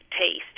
taste